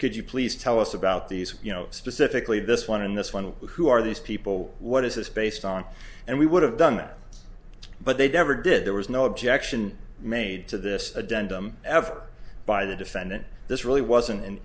could you please tell us about these you know specifically this one in this one who are these people what is this based on and we would have done it but they've never did there was no objection made to this addendum ever by the defendant this really wasn't an